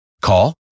Call